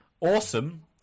Awesome